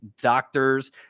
doctors